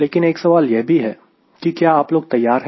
लेकिन एक सवाल यह भी है कि क्या आप लोग तैयार हैं